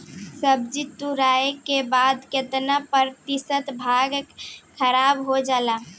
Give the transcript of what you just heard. सब्जी तुराई के बाद केतना प्रतिशत भाग खराब हो जाला?